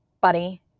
Buddy